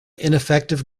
ineffective